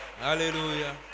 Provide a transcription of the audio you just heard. Hallelujah